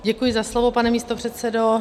Děkuji za slovo, pane místopředsedo.